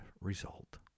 result